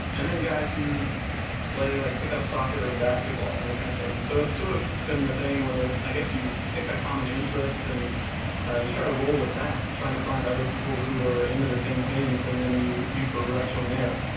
and then guys who play like pick-up soccer and basketball and that kind of thing, so it's sort of been the thing where i guess you pick a common interest and you try to roll with that and try to find other people who are into the same things and then you you progress from there,